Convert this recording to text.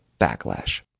backlash